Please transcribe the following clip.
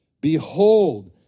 Behold